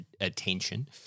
attention